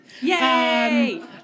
Yay